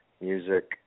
Music